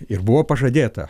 ir buvo pažadėta